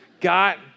got